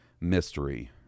mystery